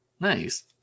Nice